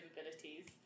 abilities